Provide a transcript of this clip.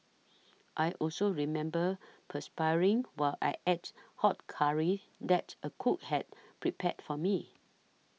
I also remember perspiring while I ate hot curry that a cook had prepared for me